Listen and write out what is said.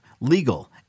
legal